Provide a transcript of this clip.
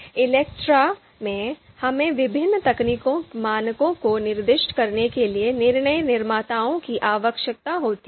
ELECTRE में हमें विभिन्न तकनीकी मानकों को निर्दिष्ट करने के लिए निर्णय निर्माताओं की आवश्यकता होती है